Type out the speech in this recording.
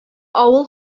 авыл